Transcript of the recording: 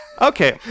Okay